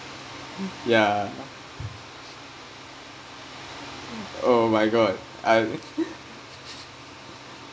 yeah oh my god I'm